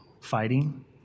fighting